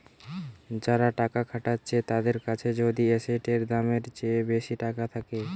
যারা টাকা খাটাচ্ছে তাদের কাছে যদি এসেটের দামের চেয়ে বেশি টাকা থাকে